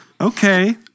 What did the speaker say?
Okay